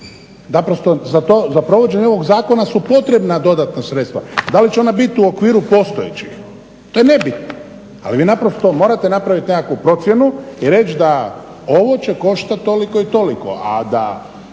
Naprosto za provođenje ovog zakona su potrebna dodatna sredstva. Da li će ona biti u okviru postojećih, to je nebitno. Ali vi naprosto morate napraviti nekakvu procjenu i reći da ovo će koštati toliko i toliko.